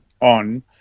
on